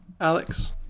Alex